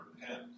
repent